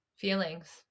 feelings